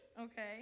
okay